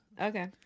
Okay